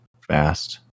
fast